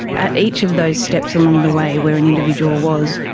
at each of those steps along the way where an individual was,